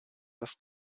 das